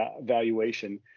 valuation